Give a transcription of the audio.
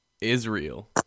Israel